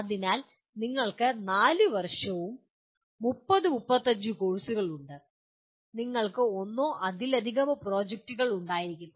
അതിനാൽ നിങ്ങൾക്ക് 4 വർഷവും 30 35 കോഴ്സുകളും ഉണ്ട് നിങ്ങൾക്ക് ഒന്നോ അതിലധികമോ പ്രോജക്റ്റുകൾ ഉണ്ടായിരിക്കാം